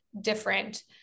different